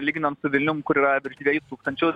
lyginant su vilnium kur yra virš dviejų tūkstančių